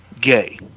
gay